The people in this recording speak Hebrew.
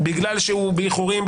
בגלל שהוא באיחורים,